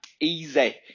easy